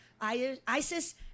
Isis